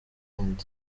and